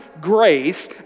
grace